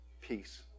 peace